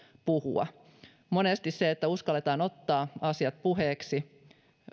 puhua monesti se että uskalletaan ottaa asiat puheeksi